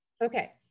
Okay